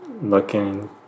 looking